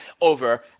over